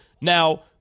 Now